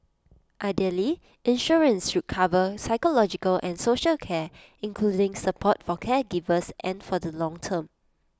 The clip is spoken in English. ideally insurance should also cover psychological and social care including support for caregivers and for the long term